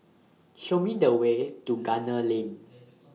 Show Me The Way to Gunner Lane